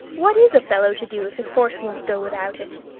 what is a fellow to do if his horse won't go without it?